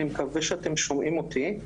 אני מקווה שאתם שומעים אותי.